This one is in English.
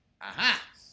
Aha